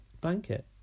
Blanket